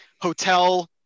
hotel